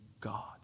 God